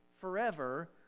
forever